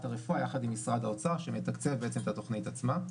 הרפואה יחד עם משרד האוצר שמתקצב בעצם את התוכנית עצמה,